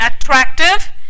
attractive